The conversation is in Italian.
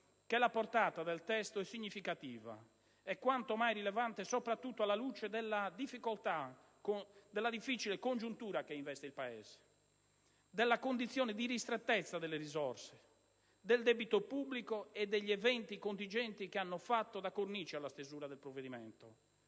che la portata del testo è significativa e quanto mai rilevante, soprattutto alla luce della difficile congiuntura che investe il Paese, della condizione di ristrettezza delle risorse, del debito pubblico e degli eventi contingenti che hanno fatto da cornice alla stesura del provvedimento.